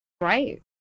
Right